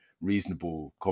reasonable